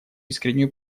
искреннюю